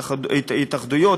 ההתאחדויות,